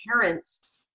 parents